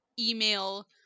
email